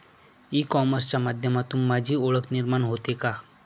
E कॉमर्सच्या माध्यमातून माझी ओळख निर्माण होते का?